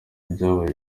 ibyabaye